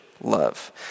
love